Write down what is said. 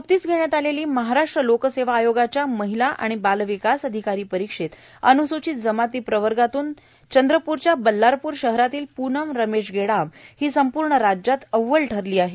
नुकतीच घेण्यात आलेली महाराष्ट्र लोकसेवा आयोगाच्या महिला आणि बालविकास अधिकारी परीक्षेत अन्सूचित जमाती प्रवर्गातून बल्लारपूर शहरातील पूनम रमेश गेडाम ही संपूर्ण राज्यात अव्वल ठरली आहे